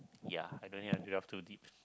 ya I don't have to delve too deep